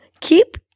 Keep